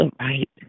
right